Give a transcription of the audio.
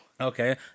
Okay